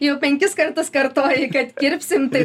jau penkis kartus kartojai kad kirpsim tai